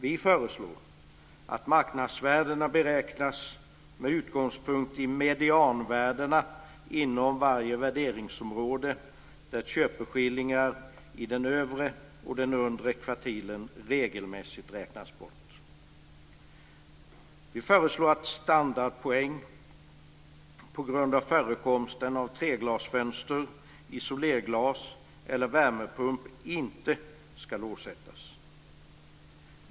Vi föreslår att marknadsvärdena beräknas med utgångspunkt i medianvärdena inom varje värderingsområde där köpeskillingar i den övre och undre kvartilen regelmässigt räknas bort. Vi föreslår att standardpoäng på grund av förekomsten av treglasfönster, isolerglas eller värmepump inte ska åsättas.